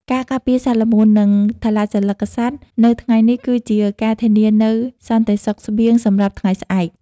ការការពារសត្វល្មូន និងថលជលិកសត្វនៅថ្ងៃនេះ គឺជាការធានានូវសន្តិសុខស្បៀងសម្រាប់ថ្ងៃស្អែក។